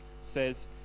says